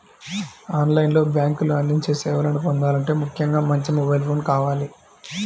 on line లో బ్యేంకులు అందించే సేవలను పొందాలంటే ముఖ్యంగా మంచి మొబైల్ ఫోన్ కావాలి